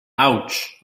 ouch